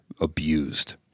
Abused